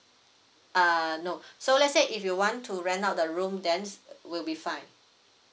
uh no so let's say if you want to rent out the room then will be fine